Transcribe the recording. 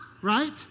right